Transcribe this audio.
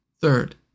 Third